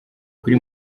kuri